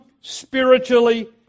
spiritually